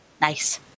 Nice